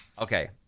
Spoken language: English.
Okay